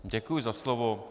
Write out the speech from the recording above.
Děkuji za slovo.